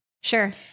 Sure